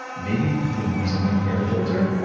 maybe even using an air filter,